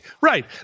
right